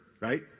Right